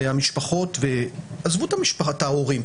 המשפחות עזבו את ההורים,